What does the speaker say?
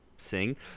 Sing